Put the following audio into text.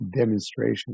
demonstration